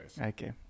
Okay